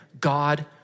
God